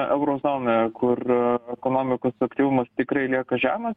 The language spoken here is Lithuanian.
euro zonoje kur ekonomikos aktyvumas tikrai lieka žemas